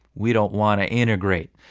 we don't want to integrate.